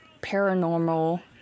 Paranormal